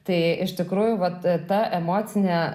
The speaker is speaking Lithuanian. tai iš tikrųjų vat ta emocinė